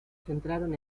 centraron